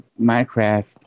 Minecraft